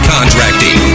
Contracting